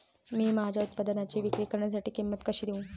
मी माझ्या उत्पादनाची विक्री करण्यासाठी किंमत कशी देऊ?